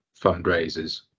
fundraisers